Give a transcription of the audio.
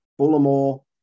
Bullimore